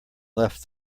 left